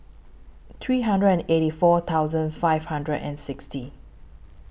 three hundred and eighty four thousand five hundred and sixty